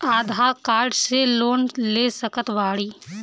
आधार card से loan ले सकत बणी?